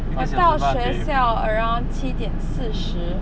我到学校 around 七点四十